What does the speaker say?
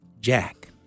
Jack